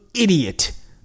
idiot